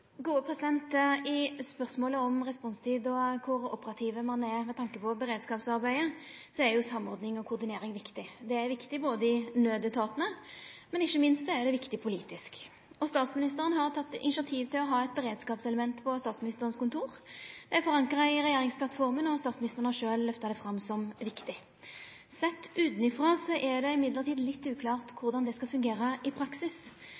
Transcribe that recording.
beredskapsarbeidet, er samordning og koordinering viktig. Det er viktig i nødetatane, men ikkje minst er det viktig politisk. Statsministeren har teke initiativ til å ha eit beredskapselement på Statsministerens kontor. Det er forankra i regjeringsplattforma, og statsministeren har sjølv løfta det fram som viktig. Sett utanfrå er det likevel litt uklart korleis det skal fungera i praksis.